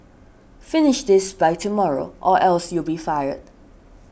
finish this by tomorrow or else you'll be fired